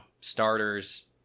starters